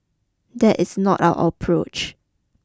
that is not our approach